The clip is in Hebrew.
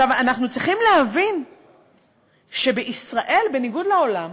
עכשיו, אנחנו צריכים להבין שבישראל, בניגוד לעולם,